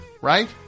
right